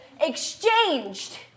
exchanged